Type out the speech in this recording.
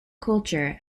culture